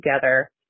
together